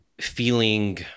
feeling